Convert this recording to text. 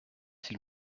s’il